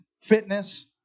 fitness